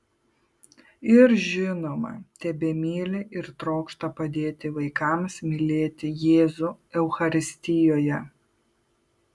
ir žinoma tebemyli ir trokšta padėti vaikams mylėti jėzų eucharistijoje